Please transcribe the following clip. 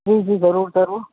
जी जी ज़रूरु ज़रूरु